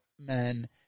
men